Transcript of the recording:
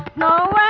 no